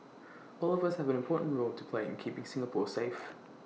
all of us have an important role to play in keeping Singapore safe